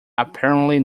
apparently